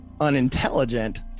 unintelligent